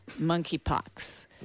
monkeypox